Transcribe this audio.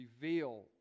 reveal